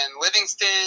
Livingston